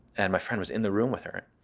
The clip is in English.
and my friend was in the room with her.